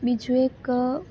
બીજું એક